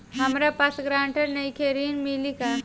हमरा पास ग्रांटर नईखे ऋण मिली का?